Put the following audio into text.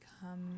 come